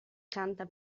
canta